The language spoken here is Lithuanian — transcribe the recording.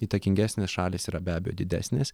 įtakingesnės šalys yra be abejo didesnės